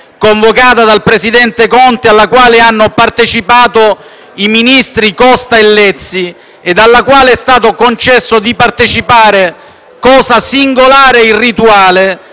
convocata dal presidente Conte, alla quale hanno partecipato i ministri Costa e Lezzi e alla quale è stato concesso di partecipare - cosa singolare ed irrituale